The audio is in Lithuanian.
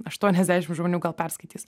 aštuoniasdešim žmonių gal perskaitys